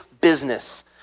business